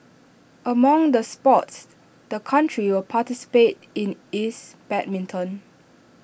among the sports the country will participate in is badminton